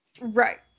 Right